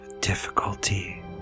difficulty